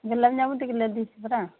ଗୋଲାପଜାମୁ ଦୁଇ କିଲୋ ଦେଇଛି ପରା